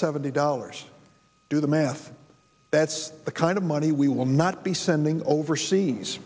seventy dollars do the math that's the kind of money we will not be sending overseas